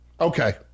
Okay